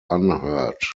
unhurt